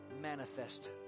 manifest